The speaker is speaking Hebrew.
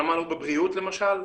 אמרנו בבריאות למשל?